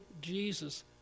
Jesus